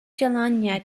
jalannya